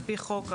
על פי חוק,